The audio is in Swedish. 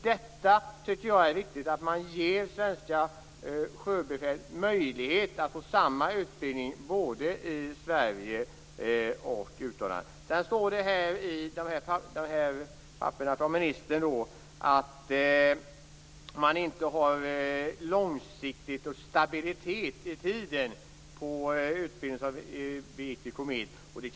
Jag tycker att det är viktigt att man ger svenska sjöbefäl möjlighet till samma utbildning både i Sverige och utomlands. Det står i ministerns svar att man inte har långsiktighet och stabilitet i tiden i den utbildning som drivs av AB Comet.